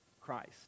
Christ